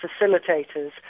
facilitators